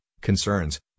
concerns